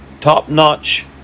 top-notch